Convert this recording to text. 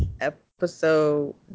episode